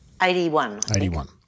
81